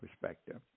perspective